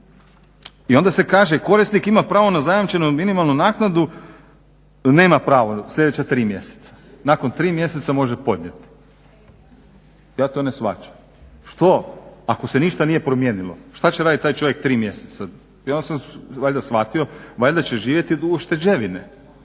I onda se kaže korisnik ima pravo na zajamčenu minimalnu naknadu, nema pravo sljedeća tri mjeseca. Nakon tri mjeseca može podnijeti. Ja to ne shvaćam. Što ako se ništa nije promijenilo, šta će raditi taj čovjek tri mjeseca? I onda sam valjda shvatio, valjda će živjeti od ušteđevine.